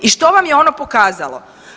I što vam je ono pokazalo?